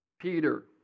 Peter